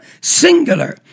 singular